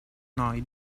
noi